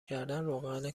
کردن، روغن